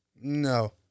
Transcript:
no